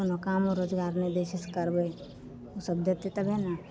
कोनो कामो रोजगार नहि दै छै से करबय उ सभ देतय तभी ने